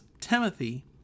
timothy